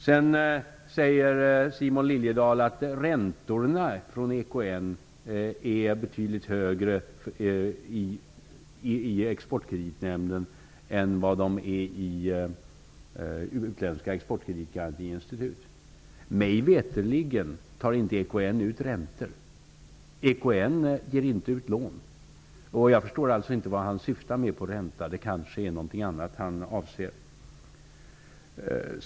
Sedan säger Simon Liliedahl att räntorna hos EKN är betydligt högre än vad de är hos utländska exportkreditgarantiinstitut. Mig veterligen tar EKN inte ut räntor. EKN ger inte ut lån. Jag förstår inte vad Simon Liliedahl syftar på när han säger ränta. Det är kanske något annat han avser.